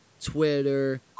Twitter